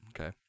Okay